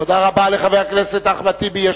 תודה רבה לחבר הכנסת אחמד טיבי.